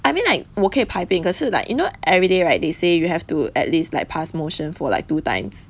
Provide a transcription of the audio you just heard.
I mean like 我可以排便可是 like you know everyday right they say you have to at least like pass motion for like two times